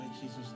Jesus